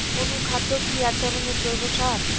অনুখাদ্য কি এক ধরনের জৈব সার?